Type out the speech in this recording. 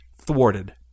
thwarted